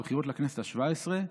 בבחירות לכנסת השבע-עשרה,